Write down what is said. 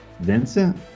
Vincent